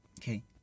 Okay